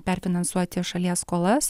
perfinansuoti šalies skolas